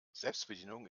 selbstbedienung